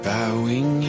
Bowing